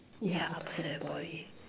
yeah upper sec and Poly